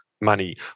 Money